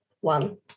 one